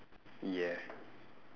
yeah